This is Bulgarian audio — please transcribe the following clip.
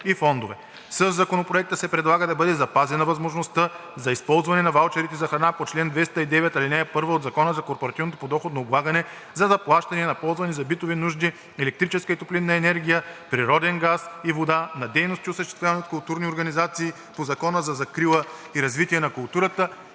Със Законопроекта се предлага да бъде запазена възможността за използване на ваучерите за храна по чл. 209, ал. 1 от Закона за корпоративното подоходно облагане за заплащане и за ползване за битови нужди, електрическа и топлинна енергия, природен газ и вода, на дейности, осъществявани от културни организации по Закона за закрила и развитие на културата,